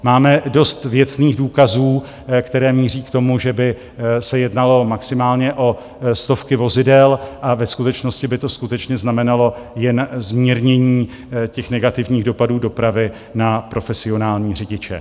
Máme dost věcných důkazů, které míří k tomu, že by se jednalo maximálně o stovky vozidel, a ve skutečnosti by to skutečně znamenalo jen zmírnění těch negativních dopadů dopravy na profesionální řidiče.